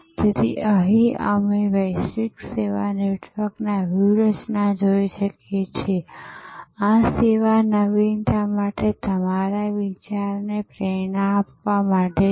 તેથી અહીં અમે વૈશ્વિક સેવા નેટવર્ક વ્યૂહરચના જોઈએ છીએ આ સેવા નવીનતા માટે તમારા વિચારને પ્રેરણા આપવા માટે છે